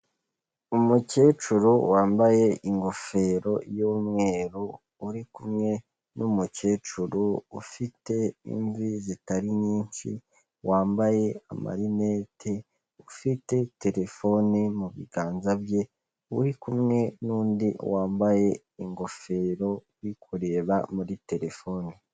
Umukecuru wambaye ingofero y'umweru, uri kumwe n'umukecuru ufite imvi zitari nyinshi, wambaye amarinete, ufite telefone mu biganza bye, uri kumwe n'undi wambaye ingofero uri kureba muri terefone.